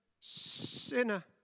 sinner